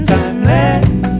Timeless